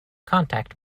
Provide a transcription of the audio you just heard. contact